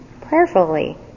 prayerfully